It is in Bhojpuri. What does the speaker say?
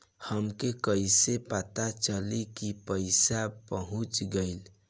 हमके कईसे पता चली कि पैसा पहुच गेल?